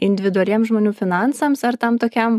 individualiems žmonių finansams ar tam tokiam